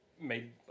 made